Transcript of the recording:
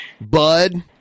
Bud